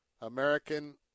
American